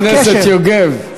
חבר הכנסת יוגב,